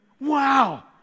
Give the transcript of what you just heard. Wow